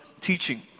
teaching